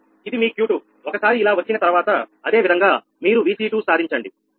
ఇది మీ Q2 ఒకసారి ఇలా వచ్చిన తర్వాత అదేవిధంగా మీరు Vc2 సాధించండి